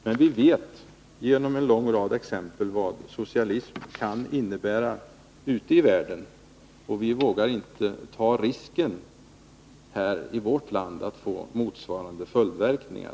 Men vi vet genom en lång rad exempel ute i världen vad socialism kan innebära, och vi vågar inte ta risken här i vårt land att få motsvarande följdverkningar.